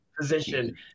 position